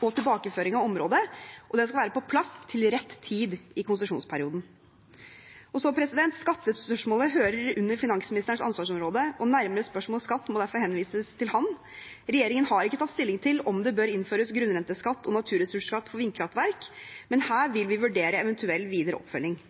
og tilbakeføring av området, og den skal være på plass til rett tid i konsesjonsperioden. Skattespørsmål hører inn under finansministerens ansvarsområde, og nærmere spørsmål om skatt må derfor henvises til ham. Regjeringen har ikke tatt stilling til om det bør innføres grunnrenteskatt og naturressursskatt for vindkraftverk, men her vil vi vurdere eventuell videre oppfølging.